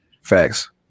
Facts